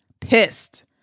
pissed